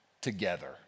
together